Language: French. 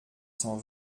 cent